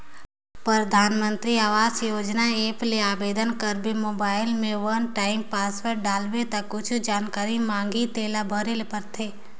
परधानमंतरी आवास योजना ऐप ले आबेदन करबे त मोबईल में वन टाइम पासवर्ड डालबे ता कुछु जानकारी मांगही तेला भरे ले परथे